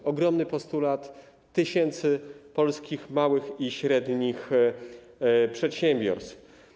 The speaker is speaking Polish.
To ogromny postulat tysięcy polskich małych i średnich przedsiębiorstw.